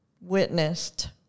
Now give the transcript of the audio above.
witnessed